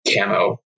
camo